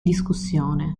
discussione